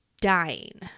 dying